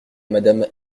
madame